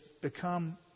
become